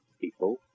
people